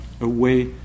away